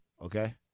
Okay